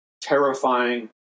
terrifying